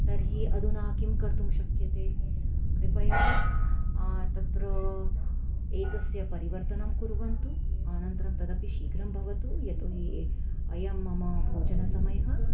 तर्हि अधुना किं कर्तुं शक्यते कृपया तत्र एतस्य परिवर्तनं कुर्वन्तु अनन्तरं तदपि शीघ्रं भवतु यतो हि अयं मम भोजनसमयः